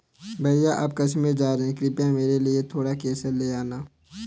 भैया आप कश्मीर जा रहे हैं कृपया मेरे लिए थोड़ा केसर ले आना